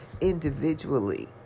individually